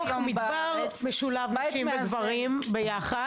"רוח במדבר" משולב נשים וגברים ביחד.